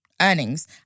earnings